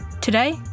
Today